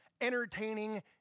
entertaining